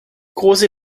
große